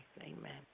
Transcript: Amen